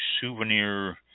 souvenir